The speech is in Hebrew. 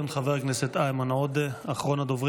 חבר הכנסת איימן עודה, אחרון הדוברים.